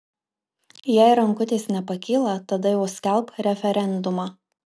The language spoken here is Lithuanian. jei rankutės nepakyla tada jau skelbk referendumą